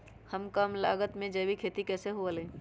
कम लागत में जैविक खेती कैसे हुआ लाई?